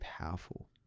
powerful